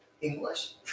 English